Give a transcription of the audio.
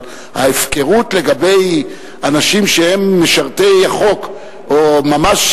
אבל ההפקרות לגבי אנשים שהם משרתי חוק או ממש